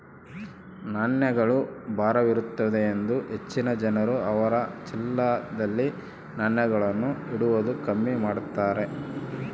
ನಾಣ್ಯಗಳು ಭಾರವಿರುತ್ತದೆಯೆಂದು ಹೆಚ್ಚಿನ ಜನರು ಅವರ ಚೀಲದಲ್ಲಿ ನಾಣ್ಯವನ್ನು ಇಡುವುದು ಕಮ್ಮಿ ಮಾಡಿದ್ದಾರೆ